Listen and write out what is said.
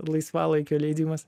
laisvalaikio leidimas